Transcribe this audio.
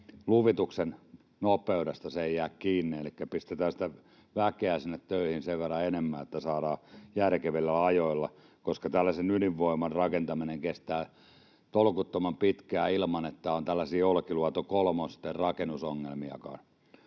luvituksen nopeudesta se ei jää kiinni, elikkä pistetään sitä väkeä sinne töihin sen verran enemmän, että saadaan järkevillä ajoilla, koska tällaisen ydinvoiman rakentaminen kestää tolkuttoman pitkään ilman, että on tällaisia Olkiluoto kolmosten rakennusongelmiakaan.